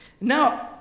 now